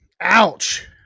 ouch